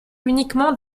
uniquement